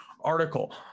article